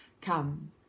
come